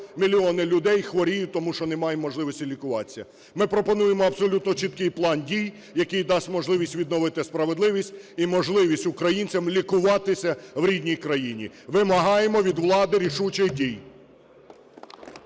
мільйони людей хворіють, тому що немає можливості лікуватися. Ми пропонуємо абсолютно чіткий план дій, який дасть можливість відновити справедливість і можливість українцям лікуватися в рідній країні. Вимагаємо від влади рішучих дій.